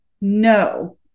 No